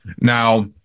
Now